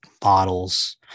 bottles